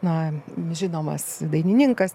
na žinomas dainininkas